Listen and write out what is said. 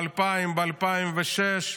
ב-2000, ב-2006.